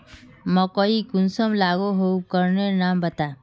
मकई कुंसम मलोहो उपकरनेर नाम बता?